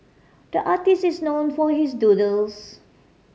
the artist is known for his doodles